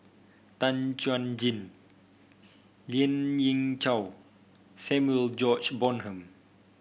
Tan Chuan Jin Lien Ying Chow Samuel George Bonham